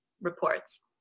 reports